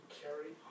carry